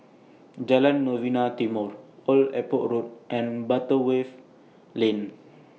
Jalan Novena Timor Old Airport Or Road and Butterworth Lane